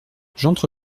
j’entre